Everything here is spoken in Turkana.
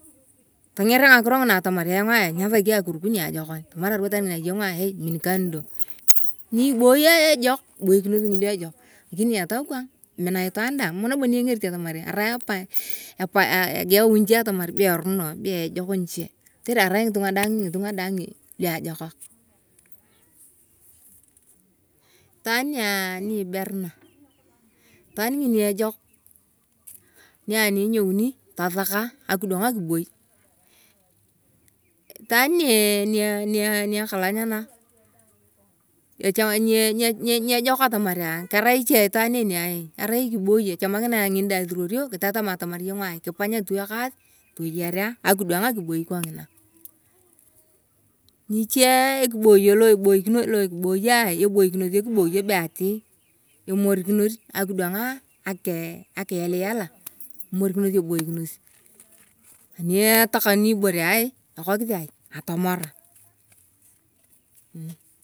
Tonger ngakiro nguna atamar ayong aah nyasaki akisuk nia ajokon tamatae ngesi robo itwaan ngina min kando ni eboi ejuk kibokinos ngulu ejuk lakini etau kana emina itwaan dana emam nabo ni egeot nabo atamar arai epany aah egau niche atama kotere asai ngitunga dang itwaan ni eberana itwaan ngini ejok ni anienyosai tasaka akidwana akiboi itwaan ni ekalanyana emamnyejuk atamar. aah nyejuk cha itwaan en ah kiboye echomakina atamar ngejuk cha akiboi kiongina ngiche ekiboi lo boi ebuikinos ekiboi be ati emorikinus akidwang akiyalayala emorkinos eboikinus ani etakanuni ai ebore akosi ai atomora.